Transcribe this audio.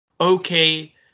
okay